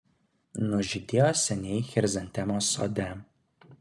nužydėjo seniai chrizantemos sode